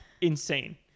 insane